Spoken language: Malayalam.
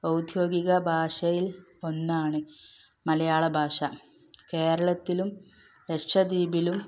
ഔദ്യോഗിക ഭാഷയിൽ ഒന്നാണ് മലയാള ഭാഷ കേരളത്തിലും ലക്ഷദ്വീപിലും